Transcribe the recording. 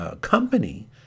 company